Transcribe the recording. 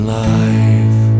life